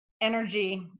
energy